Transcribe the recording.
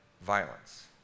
violence